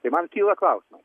tai man kyla klausimas